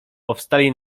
powstali